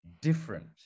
different